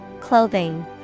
Clothing